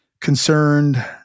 concerned